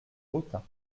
autun